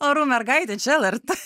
orų mergaitė čia elertė